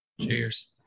Cheers